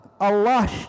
Allah